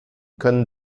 können